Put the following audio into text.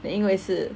因为是